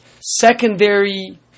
secondary